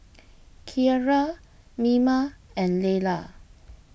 Keara Mima and Layla